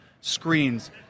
screens